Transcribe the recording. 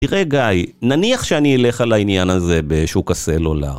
תראה גיא, נניח שאני אלך על העניין הזה בשוק הסלולר.